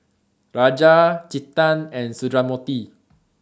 Raja Chetan and Sundramoorthy